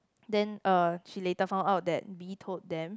then uh she later found out that B told them